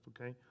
okay